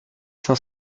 cinq